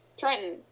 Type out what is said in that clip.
Trenton